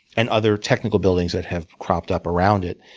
and other technical buildings that have cropped up around it.